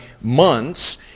months